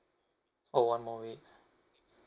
oh one more week